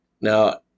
Now